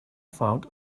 found